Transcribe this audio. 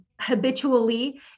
habitually